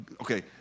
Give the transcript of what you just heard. okay